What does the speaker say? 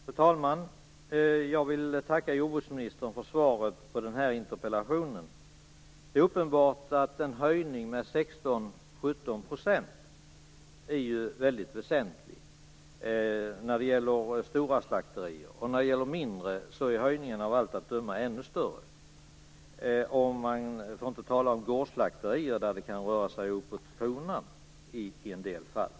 Fru talman! Jag vill tacka jordbruksministern för svaret på denna interpellation. Det är uppenbart att en höjning med 16-17 % är väldigt väsentlig när det gäller stora slakterier. När det gäller mindre är höjningen av allt att döma ännu större, för att inte tala om hur det är för gårdsslakterier, där höjningen kan röra sig uppåt kronan i en del fall.